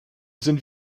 sind